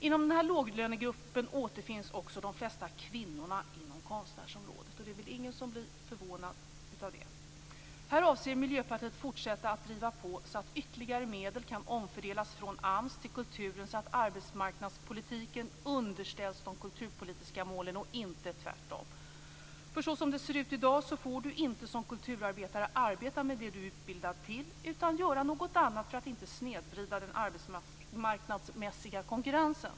Inom låglönegruppen återfinns också de flesta kvinnorna inom konstnärsområdet. Det är väl ingen som blir förvånad av det. Här avser Miljöpartiet att fortsätta att driva på så att ytterligare medel kan omfördelas från AMS till kulturen så att arbetsmarknadspolitiken underställs de kulturpolitiska målen, och inte tvärtom. Så som det ser ut i dag får du inte som kulturarbetare arbeta med det du är utbildad till utan göra något annat för att inte snedvrida den arbetsmarknadsmässiga konkurrensen.